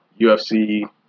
UFC